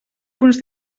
punts